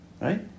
Right